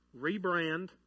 rebrand